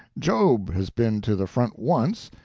job has been to the front once,